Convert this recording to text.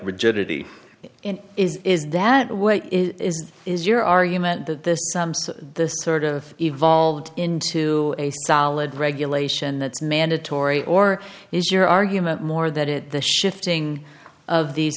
rigidity in is is that the way it is is your argument that this is the sort of evolved into a solid regulation that's mandatory or is your argument more that it the shifting of these